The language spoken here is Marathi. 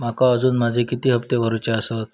माका अजून माझे किती हप्ते भरूचे आसत?